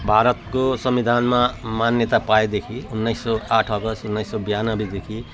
भारतको संविधानमा मान्यता पाएदेखि उन्नाइस सौ आठ अगस्त उन्नाइस सौ ब्यानब्बेदेखि